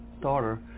daughter